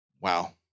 Wow